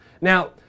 now